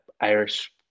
irish